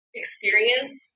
experience